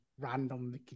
random